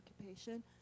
occupation